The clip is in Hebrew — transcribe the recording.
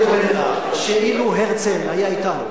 שאילו הרצל היה אתנו